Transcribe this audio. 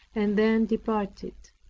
and then departed.